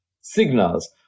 signals